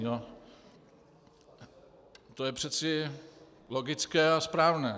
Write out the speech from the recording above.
No, to je přece logické a správné.